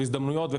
הזדמנויות,